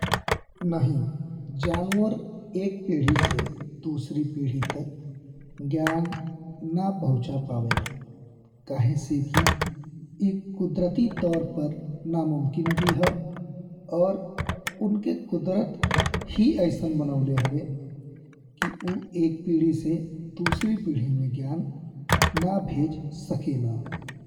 नाहीं, जानवर एक पीढ़ी से दूसरी पीढ़ी तक ज्ञान ना पहुँचा पावेना। काहे से कि ई कुदरती तौर पर नामुमकिन भी है और उनके कुदरत ही अइसन बनवले हवे कि ऊ एक पीढ़ी से दूसरे पीढ़ी में ज्ञान ना भेज सकेना।